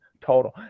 total